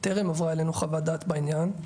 טרם עברה אלינו חוות דעת בעניין,